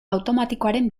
automatikoaren